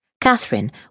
Catherine